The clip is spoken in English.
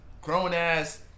grown-ass